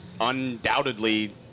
undoubtedly –